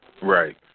Right